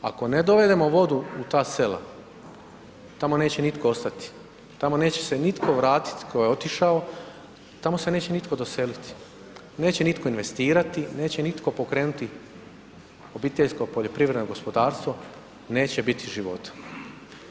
Ako ne dovedemo vodu u ta sela, tamo neće nitko ostati, tamo neće se nitko vratit tko je otišao, tamo se neće nitko doseliti, neće nitko investirati, neće nitko pokrenuti obiteljsko poljoprivredno gospodarstvo, neće biti života.